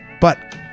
but-